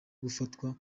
gufatwa